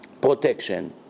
protection